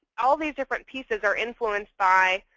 all these different pieces are influenced by,